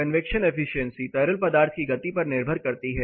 convection efficiency तरल पदार्थ की गति पर निर्भर करती है